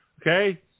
Okay